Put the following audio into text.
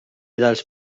dels